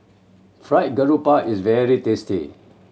Fried Garoupa is very tasty